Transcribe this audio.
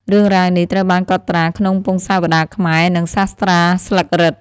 រឿងរ៉ាវនេះត្រូវបានកត់ត្រាក្នុងពង្សាវតារខ្មែរ និងសាស្ត្រាស្លឹករឹត។